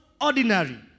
ordinary